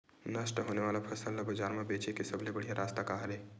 नष्ट होने वाला फसल ला बाजार मा बेचे के सबले बढ़िया रास्ता का हरे?